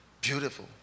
Beautiful